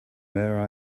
where